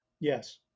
Yes